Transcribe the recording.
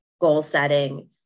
goal-setting